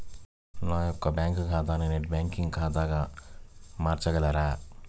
నా యొక్క బ్యాంకు ఖాతాని నెట్ బ్యాంకింగ్ ఖాతాగా మార్చగలరా?